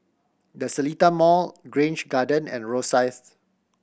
The Seletar Mall Grange Garden and Rosyth